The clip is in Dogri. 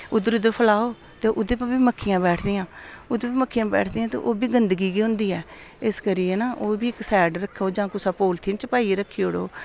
उद्धर उद्धर फलाओ ते ओह्दे उप्पर बी मक्खियां बैठदियां ओह्दे उप्पर बी मक्खियां बैठदियां ते ओह् बी गंदगी गै होंदी ऐ इस करियै ना ओह् बी इक सैड रक्खो जां कुसै पोलथीन च पाइयै रक्खी ओड़ो